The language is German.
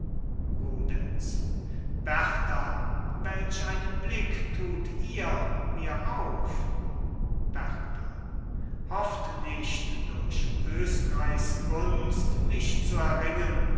berta welch einen blick tut ihr mir auf berta hofft nicht durch östreichs gunst mich zu erringen